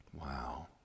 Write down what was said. Wow